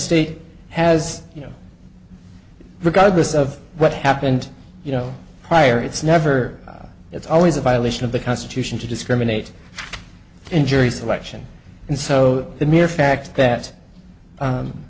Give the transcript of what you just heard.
state has you know regardless of what happened you know prior it's never it's always a violation of the constitution to discriminate in jury selection and so the mere fact that